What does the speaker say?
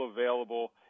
available